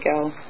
go